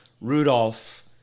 Rudolph